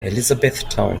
elizabethtown